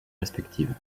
respectives